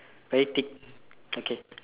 very thick okay